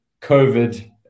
COVID